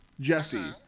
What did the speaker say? Jesse